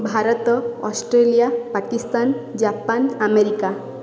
Bharat Australia Pakistan Japan America